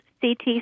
CT